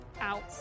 out